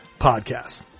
podcast